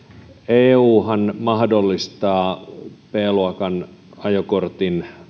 euhan mahdollistaa b luokan ajokortin